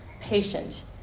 patient